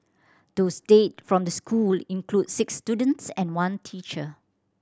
those dead from the school include six students and one teacher